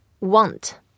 want